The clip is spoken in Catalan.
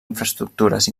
infraestructures